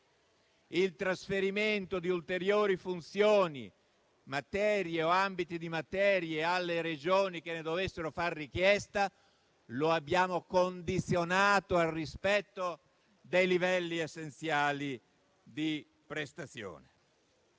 il trasferimento di ulteriori funzioni, materie o ambiti di materie alle Regioni che ne dovessero far richiesta al rispetto dei livelli essenziali di prestazione.